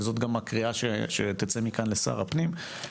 וזאת גם הקריאה שתצא מכאן לשר הפנים,